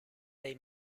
dei